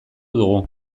dugu